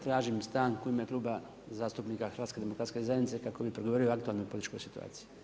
Tražim stanku u ime Kluba zastupnika HDZ-a kako bi progovorio o aktualnom političkoj situaciji.